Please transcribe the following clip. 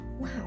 Wow